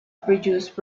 produced